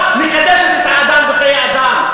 שמקדשת את האדם וחיי אדם.